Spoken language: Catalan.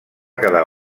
quedar